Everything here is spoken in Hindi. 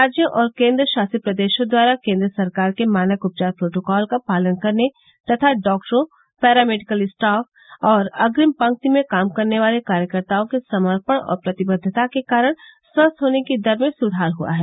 राज्यों और केन्द्रशासित प्रदेशों द्वारा केन्द्र सरकार के मानक उपचार प्रोटोकॉल का पालन करने तथा डॉक्टरों पैरा मेडिकल स्टॉफ और अप्रिम पंक्ति में काम करने वाले कार्यकर्ताओं के समर्पण और प्रतिबद्वता के कारण स्वस्थ होने की दर में सुधार हुआ है